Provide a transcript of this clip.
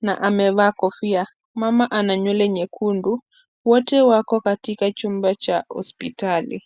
na amevaa kofia, mama ana nywele nyekundu, wote wako katika chumba cha hospitali.